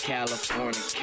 California